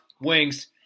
Wings